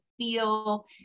feel